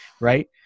Right